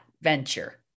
venture